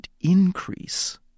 increase